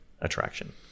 attraction